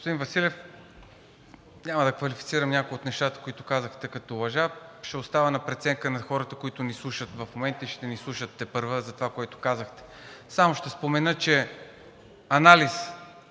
Господин Василев, няма да квалифицирам някои от нещата, които казахте, като лъжа. Ще оставя преценката на хората, които ни слушат в момента и ще ни слушат тепърва за това, което казахте. Само ще спомена, че анализ